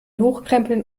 hochkrempeln